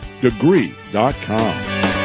Degree.com